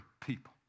people